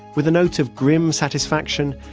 with a note of grim satisfaction,